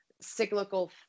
cyclical